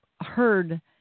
heard